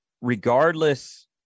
regardless